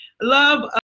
love